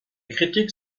critiques